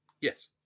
Yes